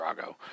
Drago